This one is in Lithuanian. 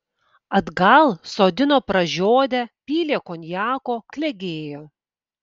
atgal sodino pražiodę pylė konjako klegėjo